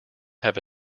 have